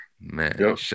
Man